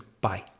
Bye